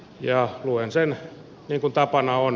ja luen sen joku tapana on